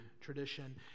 tradition